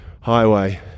highway